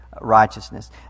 righteousness